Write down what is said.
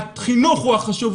החינוך הוא החשוב,